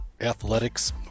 athletics